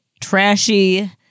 trashy